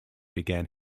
began